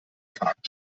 karten